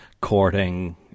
courting